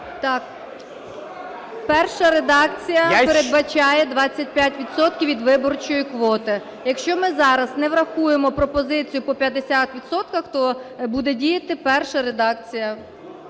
Так, перша редакція передбачає 25 відсотків від виборчої квоти. Якщо ми зараз не врахуємо пропозицію по 50 відсотках, то буде діяти перша редакція,